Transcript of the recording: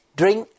drink